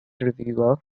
reviewer